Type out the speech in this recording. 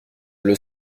les